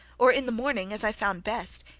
or in the morning, as i found best.